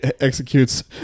executes